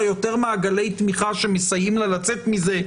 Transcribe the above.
יותר מעגלי תמיכה שמאפשרים לה לצאת מזה,